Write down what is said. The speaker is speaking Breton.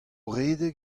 redek